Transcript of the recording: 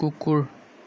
কুকুৰ